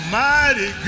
mighty